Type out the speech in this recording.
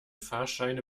fahrscheine